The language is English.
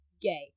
gay